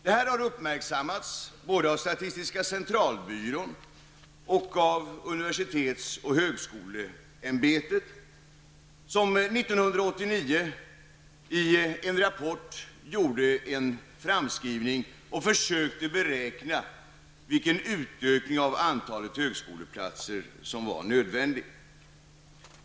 Detta har uppmärksammats både av statistiska centralbyrån och av universitets och högskoleämbetet, som 1989 i en rapport försökte beräkna den utökning av antalet högskoleplatser som var nödvändig.